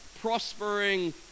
prospering